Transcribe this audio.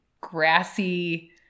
grassy